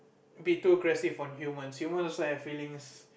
be too aggressive on humans humans always have feelings